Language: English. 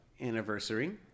anniversary